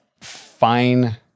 fine